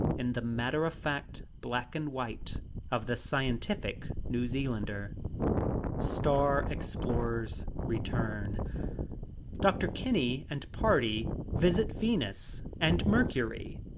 in the matter-of-fact black-and-white of the scientific new zealander star explorers return dr. kinney and party visit venus and mercury